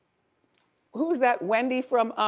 who was that? wendy from